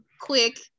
quick